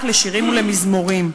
רק לשירים ולמזמורים.